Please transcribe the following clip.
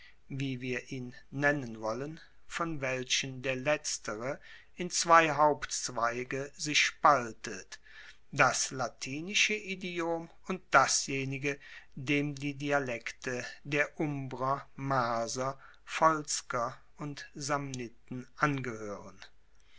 wie wir ihn nennen wollen von welchen der letztere in zwei hauptzweige sich spaltet das latinische idiom und dasjenige dem die dialekte der umbrer marser volsker und samniten angehoeren